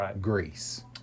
Greece